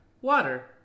Water